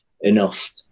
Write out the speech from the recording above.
enough